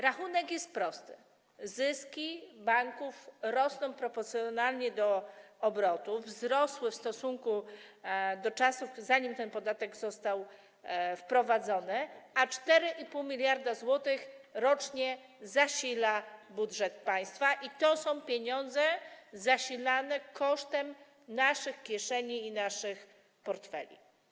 Rachunek jest prosty - zyski banków rosną proporcjonalnie do obrotów, wzrosły w stosunku do czasów, zanim ten podatek został wprowadzony, a 4,5 mld zł rocznie zasila budżet państwa, i to są pieniądze generowane naszym kosztem, z naszych kieszeni i naszych portfeli.